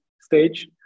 stage